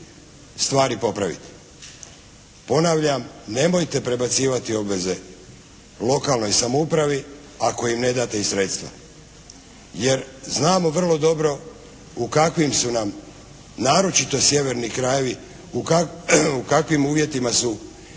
stvari popraviti. Ponavljam, nemojte prebacivati obveze lokalnoj samoupravi ako im ne date i sredstva jer znamo vrlo dobro u kakvim su nam, naročito sjeverni krajevi, u kakvim uvjetima su